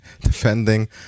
defending